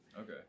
okay